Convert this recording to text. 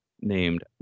named